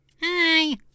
Hi